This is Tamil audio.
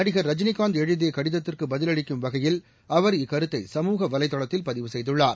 நடிகர் ரஜினிகாந்த் எழுதிய கடிதத்திற்கு பதிலளிக்கும் வகையில் அவர் இக்கருத்தை சமூக வலைதளத்தில் பதிவு செய்துள்ளார்